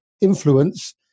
influence